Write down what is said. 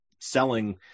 selling